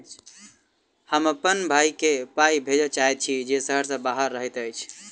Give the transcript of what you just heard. हम अप्पन भयई केँ पाई भेजे चाहइत छि जे सहर सँ बाहर रहइत अछि